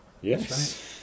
Yes